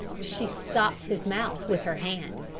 she stopped his mouth with her hand.